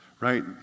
right